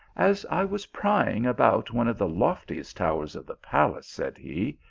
as i was prying about one of the loftiest towers of the palace, said he,